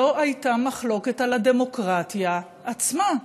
לא הייתה מחלוקת על הדמוקרטיה עצמה.